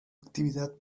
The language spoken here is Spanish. actividad